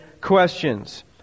questions